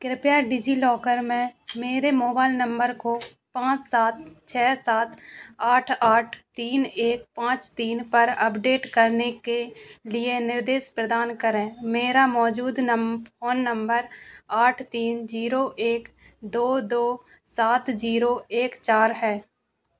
कृपया डिजिलॉकर में मेरे मोबाइल नंबर को पाँच सात छः सात आठ आठ तीन एक पाँच तीन पर अपडेट करने के लिए निर्देश प्रदान करें मेरा मौजूद फ़ोन नंबर आठ तीन जीरो एक दो दो सात जीरो एक चार है